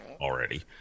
already